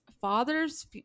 father's